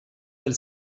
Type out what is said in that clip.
del